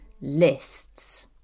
lists